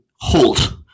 halt